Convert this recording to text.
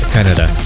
Canada